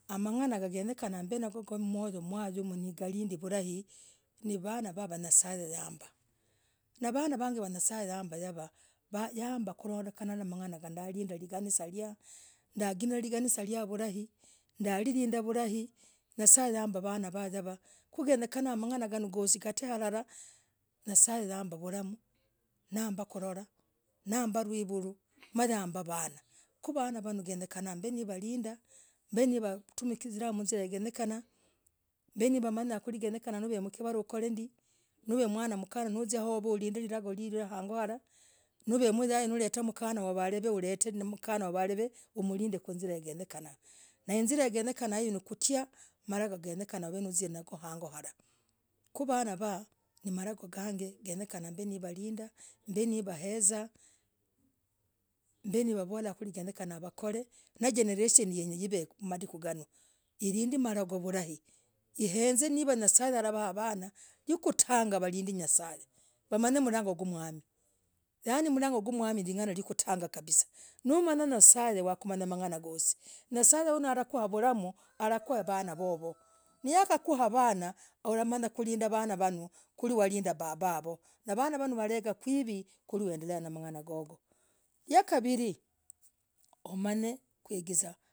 Hamang'ana ga genyekana mb nagwoo gumoyo kwang kalind virai nii vanaa vaaa yah nye'sa yambah navanavang yah nye'sa yambah yavaa mmba yambah kulondekena namang'ana yani ndaalindah liganisah liaya ndagimilah liganisah liaya vulai ndaalindah vulai nye'sa yambah vanaa vaa yavaah kuu genyekana mang'ana agah gosii get alalah nye'sa yambah vulamm nambaah kurorah nambah livuluu na ya mbaah vanaa ku vanaa vanooh ku genyekana mb niwalindah mb niwatumikir izirah yenyekena mb niwawanya ni no kiriimkivalaah yenyekena ukorendii nov mwana mkanah nouzia vovoo ulinde lilagoo liliyah hang'oo alah novemoyai no leta mkanah walev umlind nzillah genyekanah naizilah genyekana inoo kuchiya malagoo wakuzia nagoo hang'oo halah ku vanaa vaa ni malagoo gang genyekana mb niwalindah mb niwendaa mb nivavolah genyekana wakore na jenereshen g i've umadikunganoo ilind malogoo vulai nye'sa alah vaa vanaa ukutangah himbere yanyasai wamanyane mlangoo gwah mwamii yani mlangoo gwah mwamii ling'alah yakutangah nomanyah nye'sa ulamanya mang'ana gosii nye'sa alakuwa vulamm alakuwa vanaa vovoo niakakua vanaa unamanya kulindaa vanaa vovoo kuli walindah babah vavoo kwiri wendelea namang'ana hagoo yakavirii umanye kugizanah.